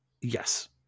Yes